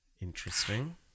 Interesting